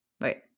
wait